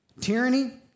Tyranny